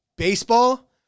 baseball